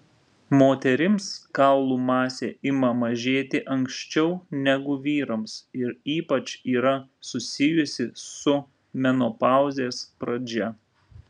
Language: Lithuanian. moterims kaulų masė ima mažėti anksčiau negu vyrams ir ypač yra susijusi su menopauzės pradžia